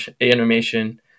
animation